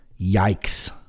Yikes